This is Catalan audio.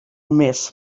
més